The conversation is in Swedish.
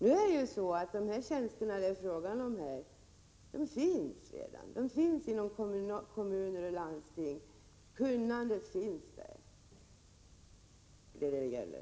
Men de tjänster det här är fråga om finns redan i kommuner och landsting och kunnandet finns där. Det är det frågan gäller.